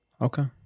Okay